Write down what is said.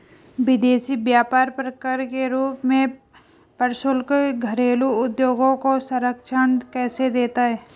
विदेशी व्यापार पर कर के रूप में प्रशुल्क घरेलू उद्योगों को संरक्षण कैसे देता है?